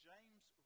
James